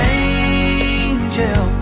angel